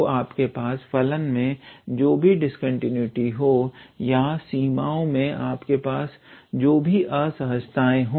तो आपके पास फलन में जो भी डिस्कंटीन्यूटी हो या सीमाओं में आपके पास जो भी असहजताए हो